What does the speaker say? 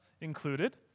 included